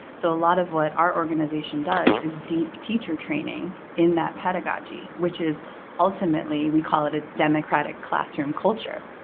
so ah lot of what our organization does is deep teacher training in that pedagogy, which is ultimately, we call it a democratic classroom culture.